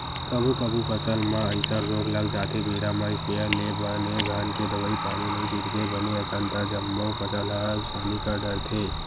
कभू कभू फसल म अइसन रोग लग जाथे बेरा म इस्पेयर ले बने घन के दवई पानी नइ छितबे बने असन ता जम्मो फसल ल नुकसानी कर डरथे